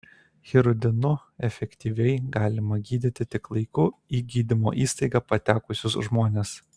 hirudinu efektyviai galima gydyti tik laiku į gydymo įstaigą patekusius žmones